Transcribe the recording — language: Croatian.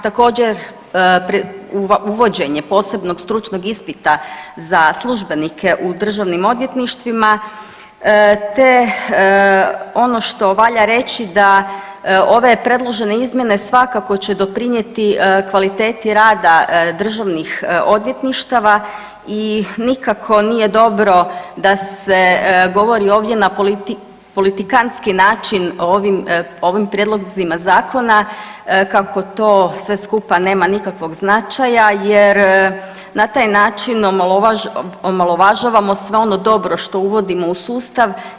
Također uvođenje posebnog stručnog ispita za službenike u državnim odvjetništvima te ono što valja reći da ove predložene izmjene svakako će doprinijeti kvaliteti rada državnih odvjetništava i nikako nije dobro da se govori ovdje na politikantski način o ovim prijedlozima zakona kako to sve skupa nema nikakvog značaja jer na taj način omalovažavamo sve ono dobro što uvodimo u sustav.